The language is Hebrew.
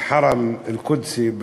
אל-חרם אל-קודסי.